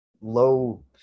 low